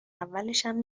اولشم